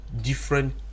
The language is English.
different